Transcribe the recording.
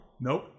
Nope